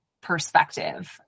perspective